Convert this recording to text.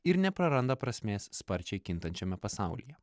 ir nepraranda prasmės sparčiai kintančiame pasaulyje